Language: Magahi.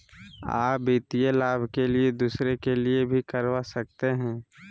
आ वित्तीय लाभ के लिए दूसरे के लिए भी करवा सकते हैं?